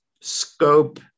Scope